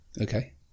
okay